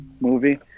movie